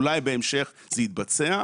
אולי בהמשך זה יתבצע.